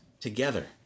together